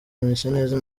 mwiseneza